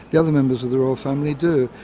the other members of the royal family do,